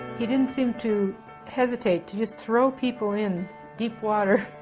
he didn't seem to hesitate to just throw people in deep water,